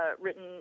written